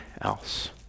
else